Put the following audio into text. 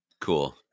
Cool